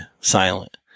silent